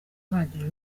uhagije